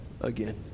again